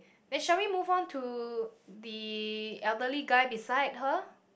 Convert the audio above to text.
then shall we move on to the elderly guy beside her